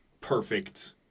perfect